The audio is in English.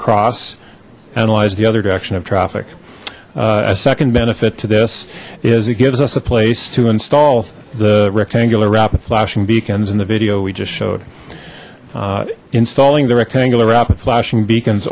cross analyse the other direction of traffic a second benefit to this is it gives us a place to install the rectangular rapid flashing beacons in the video we just showed installing the rectangular rapid flashing beacons